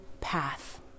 path